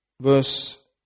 Verse